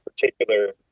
particular